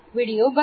video बघा